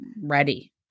ready